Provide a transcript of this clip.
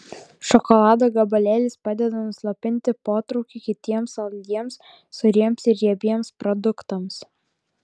šokolado gabalėlis padeda nuslopinti potraukį kitiems saldiems sūriems ir riebiems produktams